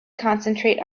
concentrate